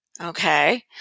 okay